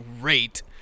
great